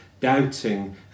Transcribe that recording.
Doubting